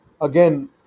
again